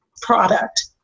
product